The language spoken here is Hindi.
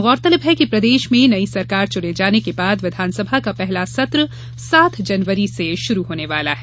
गौरतलब है कि प्रदेश में नई सरकार चुने जाने के बाद विधानसभा का पहला सत्र सात जनवरी से शुरू होने वाला है